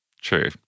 True